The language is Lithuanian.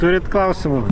turit klausimų